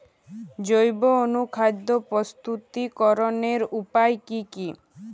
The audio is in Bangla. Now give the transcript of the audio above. জৈব অনুখাদ্য প্রস্তুতিকরনের উপায় কী কী?